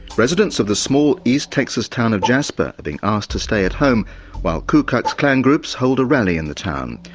residents of the small east texas town of jasper are being asked to stay at home while ku klux klan groups hold a rally in the town.